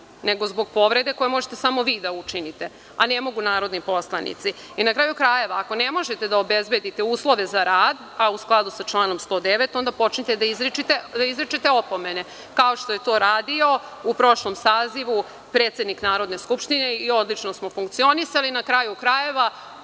nego zbog povrede koju možete samo vi da učinite, a ne mogu narodni poslanici. Na kraju krajeva, ako ne možete da obezbedite uslove za rad, a u skladu sa članom 109, onda počnite da izričete opomene, kao što je to radio u prošlom sazivu predsednik Narodne skupštine i odlično smo funkcionisali. Na kraju krajeva,